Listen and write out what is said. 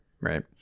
Right